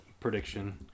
prediction